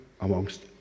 amongst